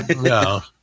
No